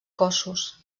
cossos